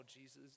Jesus